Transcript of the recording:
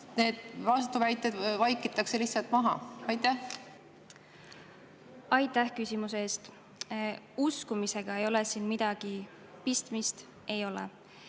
need vastuväited vaikitakse lihtsalt maha? Aitäh küsimuse eest! Uskumisega siin midagi pistmist ei ole.